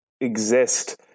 exist